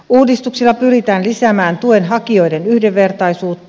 uudistuksilla pyritään lisäämään tuen hakijoiden yhdenvertaisuutta